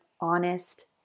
honest